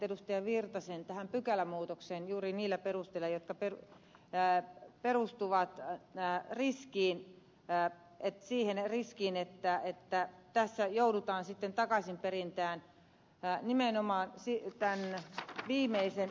erkki virtasen pykälämuutokseen juuri niillä perusteilla jotka perustuvat jää näin riskin pää ei siihen riskiin että tässä joudutaan sitten takaisinperintään nimenomaan sieltä hän lähti viimeiseen